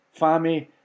fami